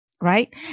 right